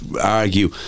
argue